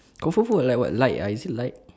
comfort food like what light ah is it light